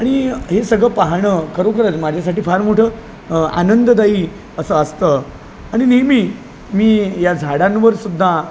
आणि हे सगळं पाहाणं खरोखरच माझ्यासाठी फार मोठं आनंददायी असं असतं आणि नेहमी मी या झाडांवर सुद्धा